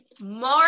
more